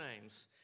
names